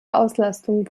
auslastung